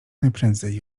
najprędzej